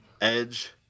Edge